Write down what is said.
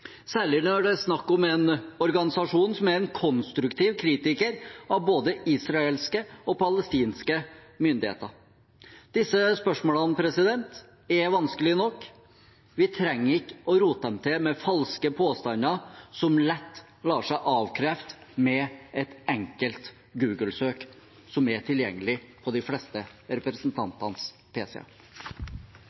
det er snakk om en organisasjon som er en konstruktiv kritiker av både israelske og palestinske myndigheter. Disse spørsmålene er vanskelige nok, vi trenger ikke å rote dem til med falske påstander som lett lar seg avkrefte med et enkelt Google-søk, som er tilgjengelig på de fleste av representantenes